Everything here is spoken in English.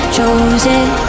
chosen